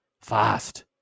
Fast